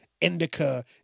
indica